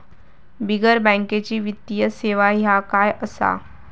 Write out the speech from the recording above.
बिगर बँकेची वित्तीय सेवा ह्या काय असा?